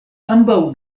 ambaŭ